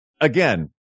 again